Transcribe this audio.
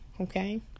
Okay